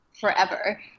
forever